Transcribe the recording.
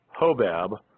Hobab